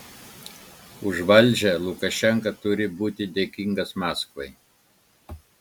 už valdžią lukašenka turi būti dėkingas maskvai